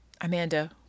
Amanda